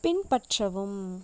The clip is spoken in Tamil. பின்பற்றவும்